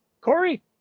Corey